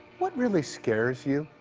what really scares you?